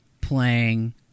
playing